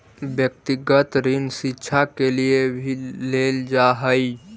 व्यक्तिगत ऋण शिक्षा के लिए भी लेल जा हई